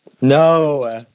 no